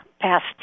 past